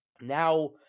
now